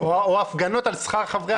או הפגנות על שכר חברי הכנסת...